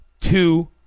two